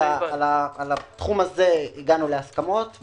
על הסכום הזה הגענו להסכמות,